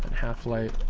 half-life?